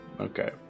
Okay